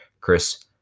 Chris